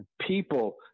people